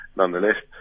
nonetheless